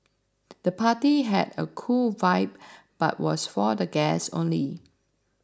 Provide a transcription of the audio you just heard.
the party had a cool vibe but was for the guests only